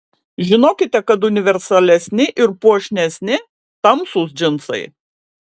žinokite kad universalesni ir puošnesni tamsūs džinsai